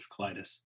colitis